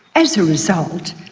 as a result,